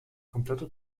komplette